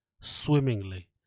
swimmingly